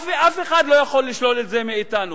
אף אחד לא יכול לשלול את זה מאתנו.